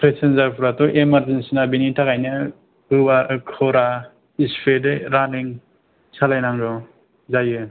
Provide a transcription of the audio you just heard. प्रेसेन्जारफ्राट' इमारजेन्सिना बिनि थाखायनो दरा खरा इस्पीडै रानिं सालायनांगौ जायो